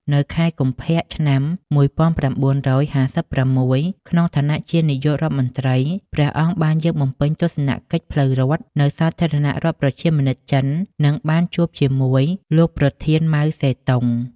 នៅខែកុម្ភៈ ឆ្នាំ១៩៥៦ ក្នុងឋានៈជានាយករដ្ឋមន្ត្រី ព្រះអង្គបានយាងបំពេញទស្សនកិច្ចផ្លូវរដ្ឋនៅសាធារណរដ្ឋប្រជាមានិតចិន និងបានជួបជាមួយលោកប្រធាន ម៉ៅ សេទុង។